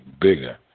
bigger